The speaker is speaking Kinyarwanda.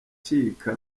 acika